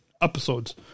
episodes